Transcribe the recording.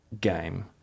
game